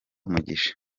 mugisha